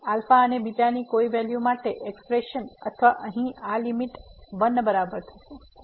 તેથી અહીં અને β ની કઈ વેલ્યુ માટે આ એક્સપ્રેશન અથવા અહીં આ લીમીટ 1 બરાબર થશે